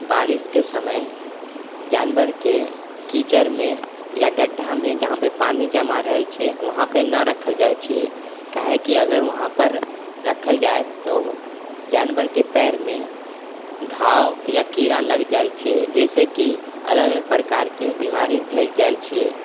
बारिशके समय जानवरके कीचड़मे या गड्ढामे जहाँपर पानी जमा रहल छै वहाँपर ना रखल जाइ छिए काहेकि अगर वहाँपर रखल जाइ तऽ जानवरके पैरमे घाव या कीड़ा लग जाइल छिए जाहिसँ की अलग अलग प्रकारके बीमारी भए जाइल छिए